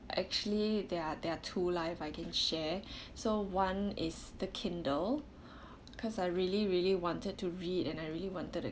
actually there are there are two lah I can share so one is the kindle cause I really really wanted to read and I really wanted the